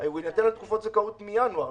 הוא יינתן על תקופות זכאות מינואר,